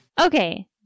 Okay